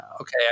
Okay